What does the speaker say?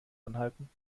anhalten